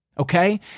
Okay